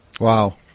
Wow